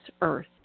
earth